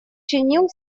чинил